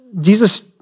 Jesus